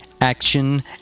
action